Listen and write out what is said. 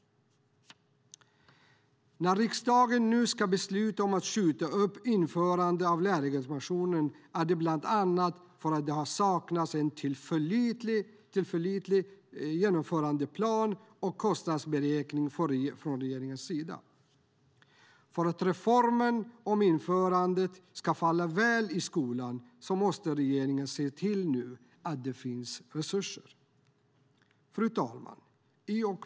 När riksdagen nu ska besluta om att skjuta upp införandet av lärarlegitimationen är det bland annat för att det har saknats en tillförlitlig genomförandeplan och kostnadsberäkning från regeringens sida. För att reformen om införande av lärarlegitimation ska falla väl ut i skolan måste regeringen se till att det finns resurser. Fru talman!